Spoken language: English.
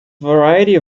variety